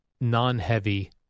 non-heavy